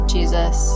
Jesus